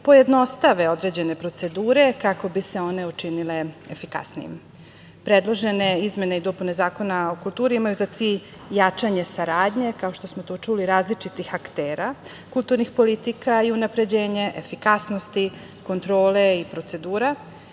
pojednostave određene procedure kako bi se one učinile efikasnijim. Predložene izmene i dopune zakona o kulturi imaju za cilj jačanje saradnje, kao što smo to čuli, različitih aktera kulturnih politika i unapređenje efikasnosti, kontrole i procedura.